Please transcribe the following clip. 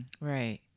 Right